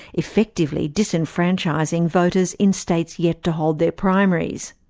effectively disenfranchising voters in states yet to hold their primaries.